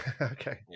Okay